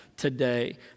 Today